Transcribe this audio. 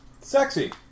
Sexy